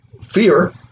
fear